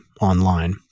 online